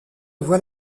voit